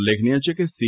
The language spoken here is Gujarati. ઉલ્લેખનીય છે કે સી